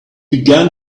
began